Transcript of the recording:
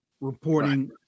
reporting